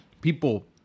People